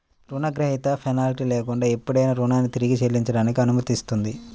రుణగ్రహీత పెనాల్టీ లేకుండా ఎప్పుడైనా రుణాన్ని తిరిగి చెల్లించడానికి అనుమతిస్తుంది